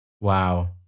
Wow